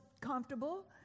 comfortable